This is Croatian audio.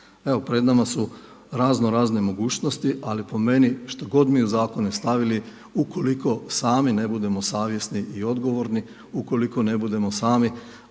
pred nama su razno razne mogućnosti ali po meni što god mi u zakone stavili ukoliko sami ne budemo savjesni i odgovorni, ukoliko ne budemo sami